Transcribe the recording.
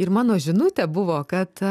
ir mano žinutė buvo kad